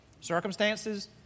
Circumstances